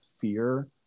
fear